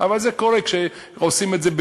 אבל זה קורה כשעושים את זה,